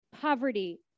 poverty